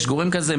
יש גורם כזה,